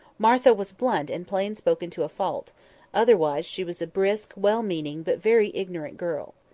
martha was blunt and plain-spoken to a fault otherwise she was a brisk, well-meaning, but very ignorant girl.